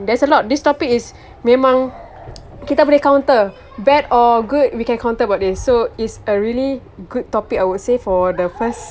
there's a lot this topic is memang kita boleh counter bad or good we can counter about this so it's a really good topic I would say for the first